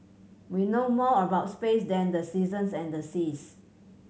we know more about space than the seasons and the seas